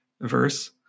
verse